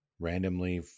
randomly